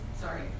sorry